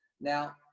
Now